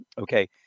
Okay